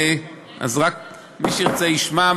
אז רק מי שירצה ישמע,